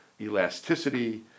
elasticity